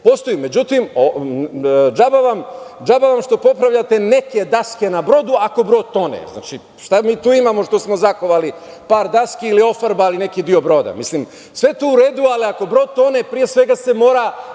postoje. Međutim, džaba vam što popravljate neke daske na brodu, ako brod tone. Šta mi tu imamo što smo zakovali par daski ili ofarbali neki deo broda? Sve je to u redu, ali ako brod tone, pre svega se mora